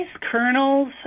kernels